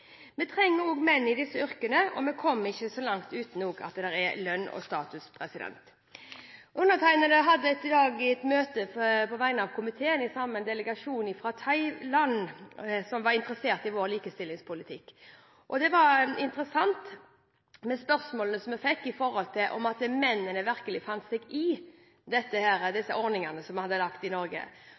Vi trenger også menn i disse yrkene, og vi kommer ikke så langt uten at det også er god lønn og status. Undertegnede hadde i dag et møte på vegne av komiteen med en delegasjon fra Thailand, som var interessert i vår likestillingspolitikk. Det var interessant med spørsmålene jeg fikk når det gjaldt at mennene virkelig fant seg i disse ordningene som vi hadde i Norge.